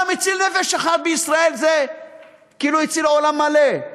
כל המציל נפש אחת בישראל כאילו הציל עולם מלא,